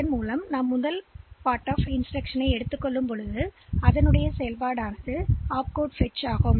எனவே இன்ஸ்டிரக்ஷன்ல்களின் முதல் பகுதி இது முந்தையதைப் போன்றது அதாவது ஒப்கோட் பெறுதல்